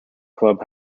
club